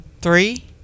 three